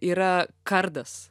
yra kardas